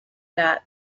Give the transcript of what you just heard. that